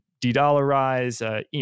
de-dollarize